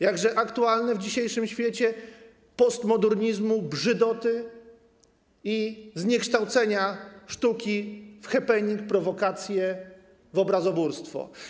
Jakże aktualne w dzisiejszym świecie postmodernizmu, brzydoty i zniekształcenia sztuki w happening, prowokację, w obrazoburstwo.